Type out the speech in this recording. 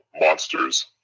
monsters